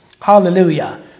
Hallelujah